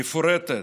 מפורטת,